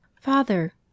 Father